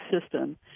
system